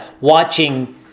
watching